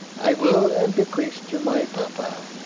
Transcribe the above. i will and bequeath to my papa,